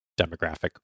demographic